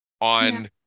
on –